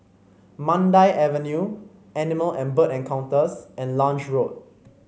Mandai Avenue Animal and Bird Encounters and Lange Road